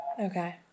Okay